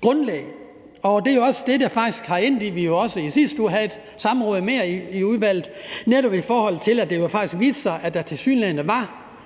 grundlag, og det er jo også det, der faktisk har resulteret i, at vi også i sidste uge havde et samråd mere i udvalget – netop i forhold til at det jo faktisk viste sig, at der tilsyneladende var